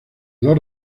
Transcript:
los